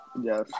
Yes